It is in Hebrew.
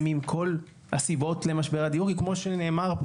עם כל הסיבות למשבר הדיור כי כמו שנאמר,